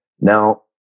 Now